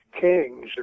kings